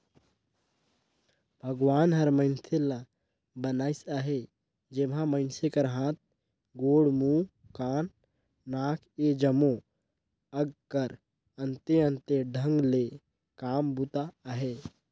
भगवान हर मइनसे ल बनाइस अहे जेम्हा मइनसे कर हाथ, गोड़, मुंह, कान, नाक ए जम्मो अग कर अन्ते अन्ते ढंग ले काम बूता अहे